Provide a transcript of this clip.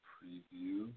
Preview